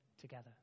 together